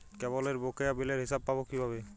কেবলের বকেয়া বিলের হিসাব পাব কিভাবে?